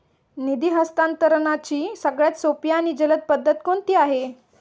निधी हस्तांतरणाची सगळ्यात सोपी आणि जलद पद्धत कोणती आहे?